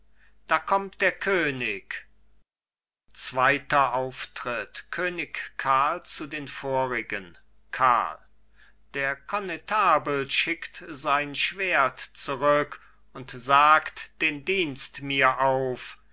da kommt der könig zweiter auftritt könig karl zu den vorigen karl der connetable schickt sein schwert zurück und sagt den dienst mir auf